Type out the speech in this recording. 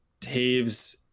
Taves